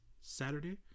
Saturday